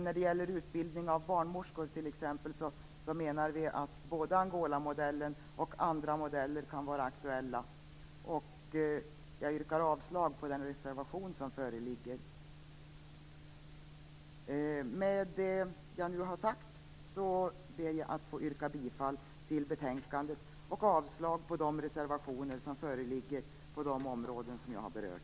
När det gäller utbildningen av barnmorskor kan både Angolamodellen och andra modeller vara aktuella. Jag yrkar avslag på reservationen som föreligger. Jag ber att få yrka bifall till utskottets hemställan och avslag på de reservationer som föreligger på de områden som jag har berört.